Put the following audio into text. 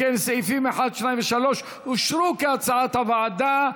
אם כן, סעיפים 1, 2 ו-3 אושרו כהצעת הוועדה.